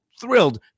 thrilled